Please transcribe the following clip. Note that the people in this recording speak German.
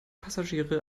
passagiere